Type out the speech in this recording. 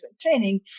training